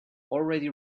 already